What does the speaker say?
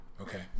Okay